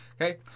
Okay